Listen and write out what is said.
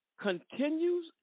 continues